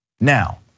Now